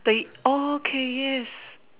they all kiss